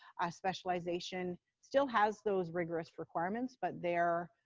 a specialization still has those rigorous requirements, but there,